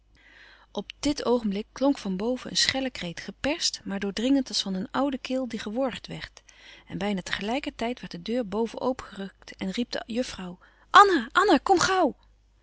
op dit oogenblik klonk van boven een schelle kreet geperst maar doordringend als van een oude keel die geworgd werd en bijna te gelijker tijd werd de deur boven opengerukt en riep de juffrouw anna anna kom gauw